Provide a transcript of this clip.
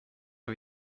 vid